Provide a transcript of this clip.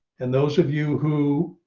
and those of you who,